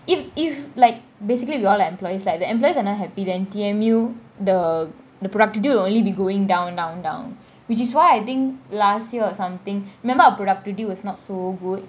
if if like basically we all are employees like if the employees are not happy then T_M_U the the productivity will only be going down down down which is why I think last year or something remember our productivity was not so good